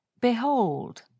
behold